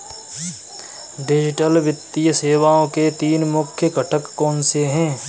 digital वित्तीय सेवाओं के तीन मुख्य घटक कौनसे हैं